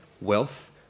wealth